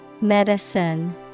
Medicine